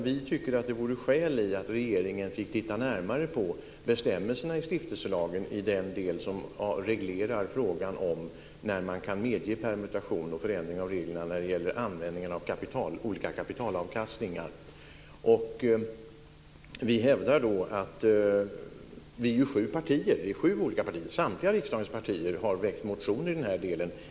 Vi tycker att det vore skäl i att regeringen fick titta närmare på bestämmelserna i stiftelselagen i den del som reglerar frågan om när man kan medge permutation och förändring av reglerna när det gäller användningen av olika kapitalavkastningar. Vi är sju olika partier - samtliga riksdagens partier - som har väckt motioner i denna del.